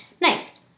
Nice